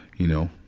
you know,